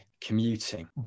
commuting